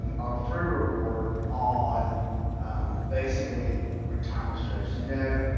and our free report on basically retirement strategy you know,